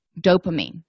dopamine